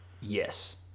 Yes